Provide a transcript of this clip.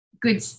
good